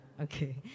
okay